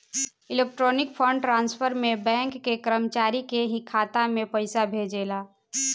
electronic fund transfer में bank के कर्मचारी के ही खाता में पइसा भेजाला